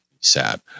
sad